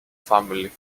family